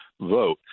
vote